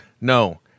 No